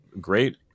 great